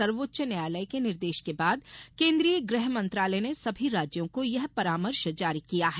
सर्वोच्च न्यायालय के निर्देश के बाद केंद्रीय गृह मंत्रालय ने सभी राज्यों को यह परामर्श जारी किया है